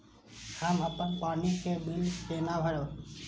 हम अपन पानी के बिल केना भरब?